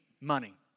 money